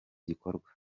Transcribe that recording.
gikorwa